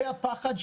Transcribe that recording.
זה הפחד,